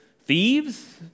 thieves